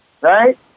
right